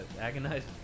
agonized